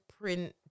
print